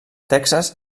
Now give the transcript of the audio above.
texas